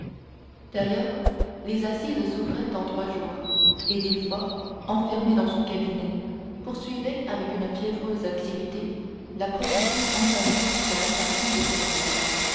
d'ailleurs les assises s'ouvraient dans trois jours et villefort enfermé dans son cabinet poursuivait avec une fiévreuse activité la procédure entamée contre l'assassin de